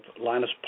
Linus